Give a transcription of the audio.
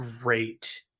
great